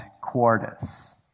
Quartus